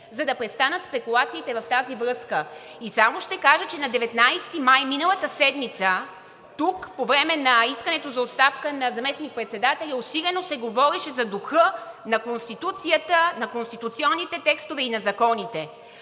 за да престанат спекулациите в тази връзка. Само ще кажа, че на 19 май миналата седмица тук по време на искането за оставка на заместник-председателя усилено се говореше за духа на Конституцията, на конституционните текстове и на законите.